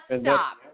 stop